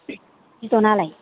बिदनालाय